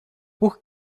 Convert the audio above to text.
por